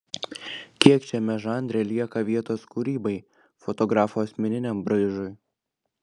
kiek šiame žanre lieka vietos kūrybai fotografo asmeniniam braižui